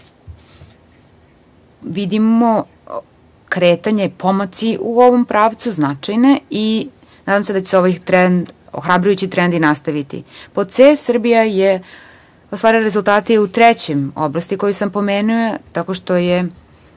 vidimo kretanje i pomake u ovom pravcu značajne. Nadam se da će se ovaj ohrabrujući trend i nastaviti. Pod c) - Srbija je ostvarila rezultate i u trećoj oblasti koju sam pomenuo tako što je